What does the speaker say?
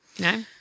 No